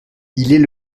est